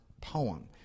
poem